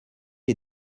est